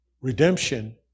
Redemption